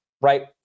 right